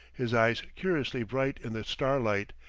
his eyes curiously bright in the starlight,